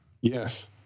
Yes